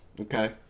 okay